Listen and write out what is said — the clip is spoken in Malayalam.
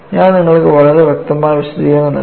ഞാൻ നിങ്ങൾക്ക് വളരെ വ്യക്തമായ വിശദീകരണം നൽകി